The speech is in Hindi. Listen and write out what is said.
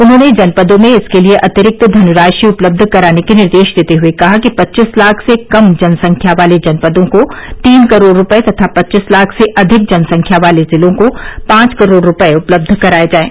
उन्होंने जनपदों में इसके लिए अतिरिक्त धनराशि उपलब्ध कराने के निर्देश देते हुए कहा कि पच्चीस लाख से कम जनसंख्या वाले जनपदों को तीन करोड़ रुपए तथा पच्चीस लाख से अधिक जनसंख्या वाले जिलों को पांच करोड़ रुपए उपलब्ध कराए जाएं